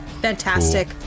Fantastic